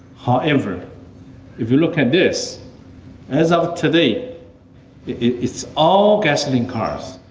however if you look at this as of today it's all gasoline cars.